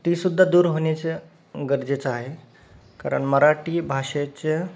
ती सुद्धा दूर होण्याचं गरजेचं आहे कारण मराठी भाषेचं